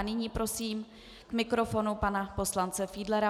Nyní prosím k mikrofonu pana poslance Fiedlera.